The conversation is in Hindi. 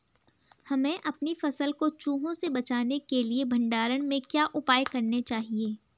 हमें अपनी फसल को चूहों से बचाने के लिए भंडारण में क्या उपाय करने चाहिए?